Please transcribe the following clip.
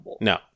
No